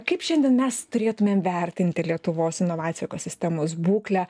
kaip šiandien mes turėtumėm vertinti lietuvos inovacijų ekosistemos būklę